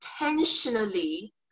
intentionally